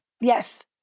Yes